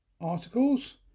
articles